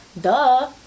duh